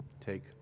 Take